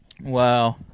Wow